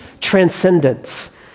transcendence